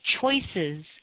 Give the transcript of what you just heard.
choices